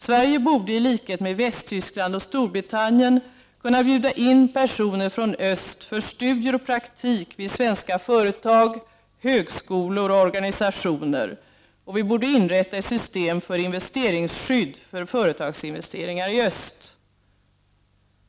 Sverige borde i likhet med Västtyskland och Storbritannien kunna bjuda in personer från öst för studier och praktik vid svenska företag, högskolor och organisationer. Vi borde inrätta ett system för investeringsskydd för företagsinvesteringar i öst.